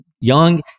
young